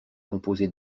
composée